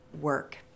work